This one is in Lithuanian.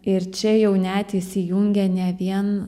ir čia jau net įsijungia ne vien